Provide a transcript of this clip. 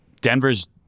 Denver's